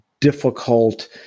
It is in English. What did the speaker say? difficult